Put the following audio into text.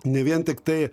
ne vien tiktai